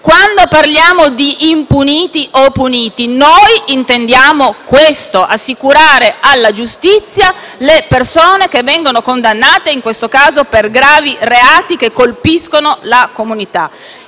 quando parliamo di impuniti o puniti, noi intendiamo questo: assicurare alla giustizia le persone che vengono condannate, in questo caso per gravi reati che colpiscono la comunità,